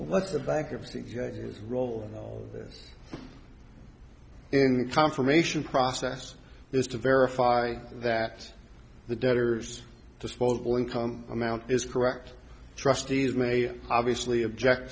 the bankruptcy roll in the confirmation process is to verify that the debtor's disposable income amount is correct trustees may obviously object